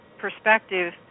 perspective